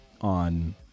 on